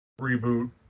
reboot